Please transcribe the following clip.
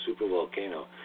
supervolcano